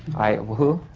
i. who?